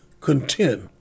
content